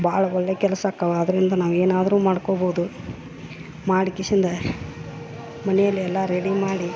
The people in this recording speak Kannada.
ಬಹಳ ಒಳ್ಳೆಯ ಕೆಲಸ ಆಕ್ಕವ ಅದರಿಂದ ನಾವು ಏನಾದರು ಮಾಡ್ಕೋಬೋದು ಮಾಡ್ಕಿಶಿಂದ ಮನೆಯಲ್ಲಿ ಎಲ್ಲ ರೆಡಿ ಮಾಡಿ